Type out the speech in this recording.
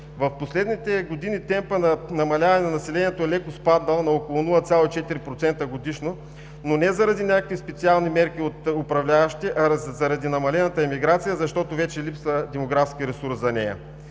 В последните години темпът на намаляване на населението е леко спаднал на около 0,4% годишно, но не заради някакви специални мерки от управляващите, а заради намалената емиграция, защото вече липсва демографски ресурс за нея.